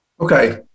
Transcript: Okay